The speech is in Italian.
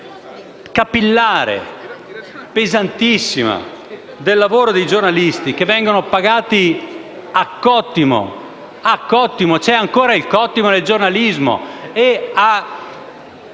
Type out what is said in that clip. capillare e pesantissima del lavoro dei giornalisti che vengono pagati a cottimo (c'è ancora il cottimo nel giornalismo),